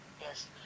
Yes